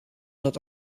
dat